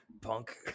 Punk